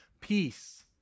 Peace